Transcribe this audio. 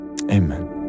Amen